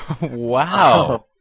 Wow